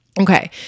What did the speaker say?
Okay